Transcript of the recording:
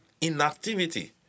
inactivity